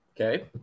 Okay